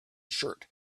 shirt